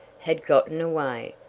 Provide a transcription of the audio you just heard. had gotten away,